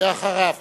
אחריו,